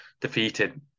defeated